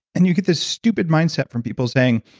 and you get this stupid mindset from people saying,